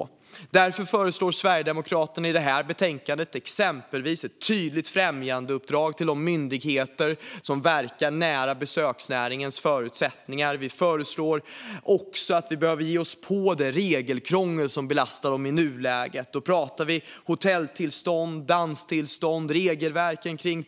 I betänkandet föreslår Sverigedemokraterna exempelvis ett tydligt främjandeuppdrag till de myndigheter som verkar nära besöksnäringens förutsättningar. Vi föreslår också att man ger sig på det regelkrångel som belastar besöksnäringen i nuläget när det gäller hotelltillstånd, danstillstånd,